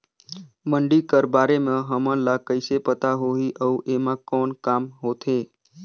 मंडी कर बारे म हमन ला कइसे पता होही अउ एमा कौन काम होथे?